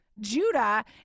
Judah